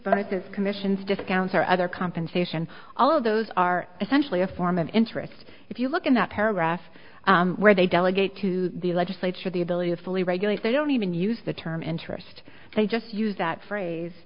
is commissions discounts or other compensation all of those are essentially a form of interest if you look in that paragraph where they delegate to the legislature the ability to fully regulate they don't even use the term interest they just use that phrase